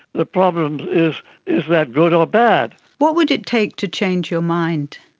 the problem is is that good or bad? what would it take to change your mind?